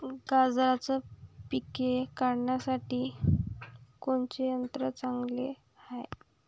गांजराचं पिके काढासाठी कोनचे यंत्र चांगले हाय?